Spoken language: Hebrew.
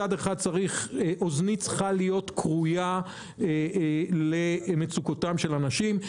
מצד אחד אוזני צריכה להיות כרויה למצוקותיהם של אנשים,